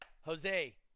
Jose